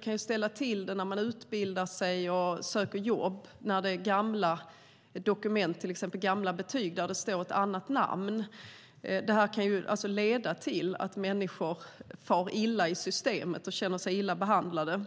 Gamla dokument, till exempel gamla betyg, med ett annat namn kan nämligen ställa till det när man utbildar sig och söker jobb. Det kan leda till att människor far illa i systemet och känner sig illa behandlade.